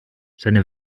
seine